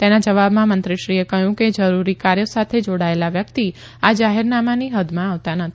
તેના જવાબમાં મંત્રીશ્રીએ કહ્યું કે જરૂરી કાર્યો સાથે જોડાયેલા વ્યકિત આ જાહેરનામાની હૃદમાં આવતા નથી